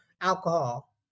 alcohol